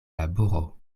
laboro